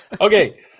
Okay